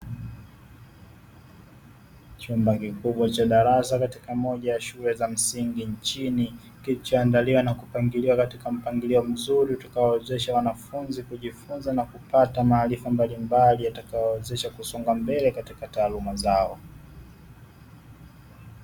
Chumba kikubwa cha darasa katika moja ya shule za msingi nchini kilichoandaliwa na kupangiliwa katika mpangilio mzuri, utakaowawezesha wanafunzi kujifunza na kupata maarifa mbalimbali yatakayowawezesha kusonga mbele katika taaluma zao.